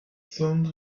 song